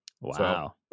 Wow